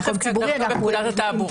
רכב כהגדרתו בפקודת התעבורה.